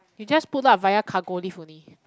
you just put lah via cargo lift only